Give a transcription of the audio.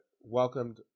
welcomed